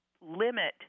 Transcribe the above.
limit